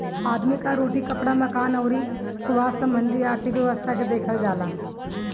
आदमी कअ रोटी, कपड़ा, मकान अउरी स्वास्थ्य संबंधी आर्थिक व्यवस्था के देखल जाला